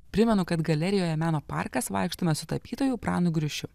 primenu kad galerijoje meno parkas vaikštome su tapytojo pranu griušiu